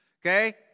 Okay